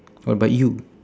what about you